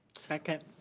second.